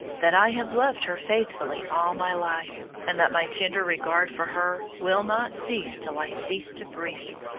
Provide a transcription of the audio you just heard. that i have loved her faithfully all my life, and that my tender regard for her will not cease till i cease to breathe.